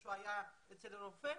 שהם היו אצל רופא?